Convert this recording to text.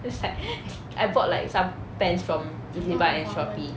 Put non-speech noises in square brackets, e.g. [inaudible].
it's like [laughs] I bought like some pants from ezbuy and Shopee